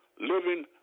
living